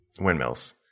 windmills